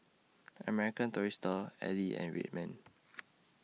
American Tourister Elle and Red Man